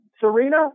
Serena